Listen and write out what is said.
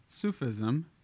Sufism